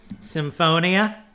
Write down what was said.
Symphonia